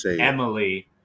Emily